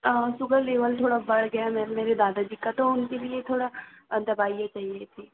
sugar level थोड़ा बढ़ गया है मेरे दादाजी का तो उनके लिये थोड़ा दवाइयाँ चाहिये